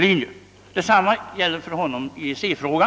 Detsamma gäller för honom i EEC-frågan.